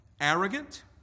arrogant